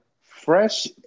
Fresh